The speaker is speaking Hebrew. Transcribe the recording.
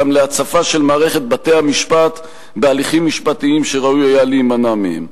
גם להצפה של מערכת בתי-המשפט בהליכים משפטיים שראוי היה להימנע מהם.